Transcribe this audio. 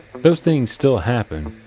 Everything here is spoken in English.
those things still happen,